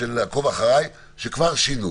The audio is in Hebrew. של "עקוב אחריי" שכבר שינו.